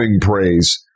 praise